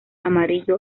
amarillo